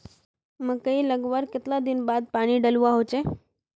मकई लगवार कतला दिन बाद पानी डालुवा होचे?